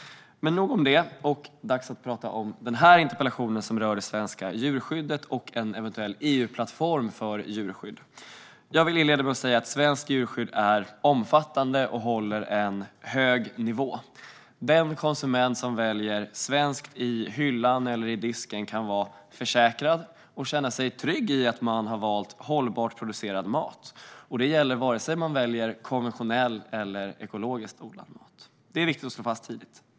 Nog om detta - nu är det dags att tala om denna interpellation, som rör det svenska djurskyddet och en eventuell EU-plattform för djurskydd. Jag vill inleda med att säga att svenskt djurskydd är omfattande och håller en hög nivå. Den konsument som väljer svenskt i hyllan eller i disken kan känna sig trygg i att man har valt hållbart producerad mat, och detta gäller vare sig man väljer konventionell mat eller ekologiskt odlad mat. Detta är viktigt att slå fast redan i början.